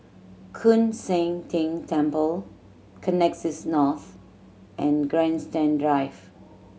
Koon Seng Ting Temple Connexis North and Grandstand Drive